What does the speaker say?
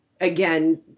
again